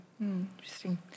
Interesting